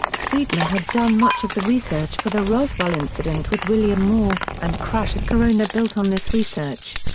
friedman had done much of the research for the roswell incident with william moore, and crash at corona built on this research.